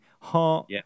Heart